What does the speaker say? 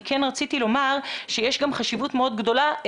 אני כן רציתי לומר שיש גם חשיבות מאוד גדולה,